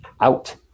out